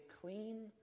clean